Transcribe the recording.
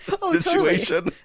situation